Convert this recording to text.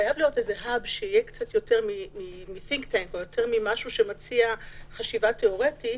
חייב להיות איזה Hub שיהיה קצת יותר ממשהו שמציע חשיבה תיאורטית.